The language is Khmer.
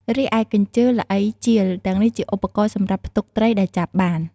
រីឯកញ្ជើ ល្អី ជាល ទាំងនេះជាឧបករណ៍សម្រាប់ផ្ទុកត្រីដែលចាប់បាន។